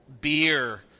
Beer